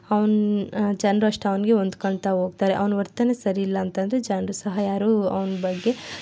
ಅವ್ನ ಜನ್ರು ಅಷ್ಟೇ ಅವ್ನಿಗೆ ಹೊಂದ್ಕೋತಾ ಹೋಗ್ತಾರೆ ಅವ್ನ ವರ್ತನೆ ಸರಿಯಿಲ್ಲ ಅಂತಂದರೆ ಜನ್ರು ಸಹ ಯಾರು ಅವ್ನ ಬಗ್ಗೆ